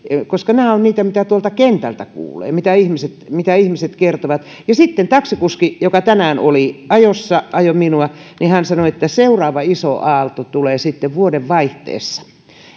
koska nämä ovat niitä mitä tuolta kentältä kuulee mitä ihmiset mitä ihmiset kertovat sitten taksikuski joka tänään oli ajossa ja ajoi minua sanoi että seuraava iso aalto tulee sitten vuodenvaihteessa